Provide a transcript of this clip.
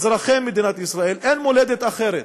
אזרחי מדינת ישראל, אין מולדת אחרת.